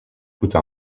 coûte